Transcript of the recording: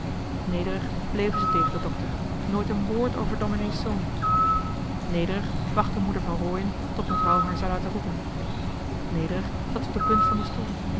nederig bleven ze tegen den dokter nooit een wrd over domenee's zoon nederig wachtte moeder van rooien tot mevrouw haar zou laten roepen nederig zat z'op de punt van den stoel